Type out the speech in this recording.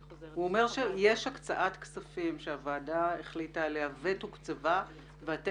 הוא אומר שיש הקצאת כספים שהוועדה החליטה עליהם והם תוקצבו.